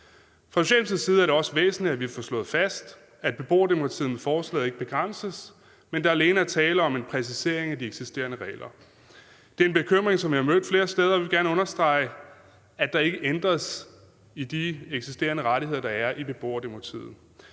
For Socialdemokratiet er det også væsentligt, at vi får slået fast, at beboerdemokratiet med forslaget ikke begrænses, men at der alene er tale om en præcisering af de eksisterende regler. Det er en bekymring, som jeg har mødt flere steder, og jeg vil gerne understrege, at der ikke ændres i de eksisterende rettigheder, der er i beboerdemokratiet.